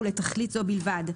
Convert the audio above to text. ולתכלית זו בלבד,